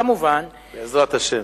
בעזרת השם.